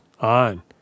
on